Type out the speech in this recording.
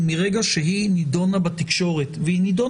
ומרגע שהיא נידונה בתקשורת,